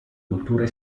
cultura